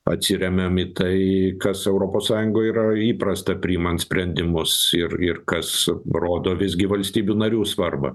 atsiremiam į tai kas europos sąjungoj yra įprasta priimant sprendimus ir ir kas rodo visgi valstybių narių svarbą